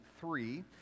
three